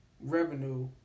revenue